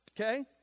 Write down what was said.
Okay